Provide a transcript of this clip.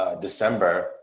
December